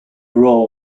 role